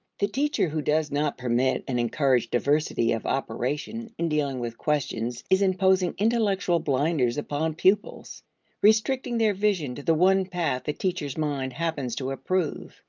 the teacher who does not permit and encourage diversity of operation in dealing with questions is imposing intellectual blinders upon pupils restricting their vision to the one path the teacher's mind happens to approve.